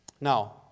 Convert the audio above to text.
Now